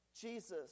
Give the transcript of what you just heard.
Jesus